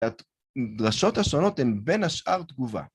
‫הדרשות השונות הן בין השאר תגובה.